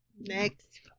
Next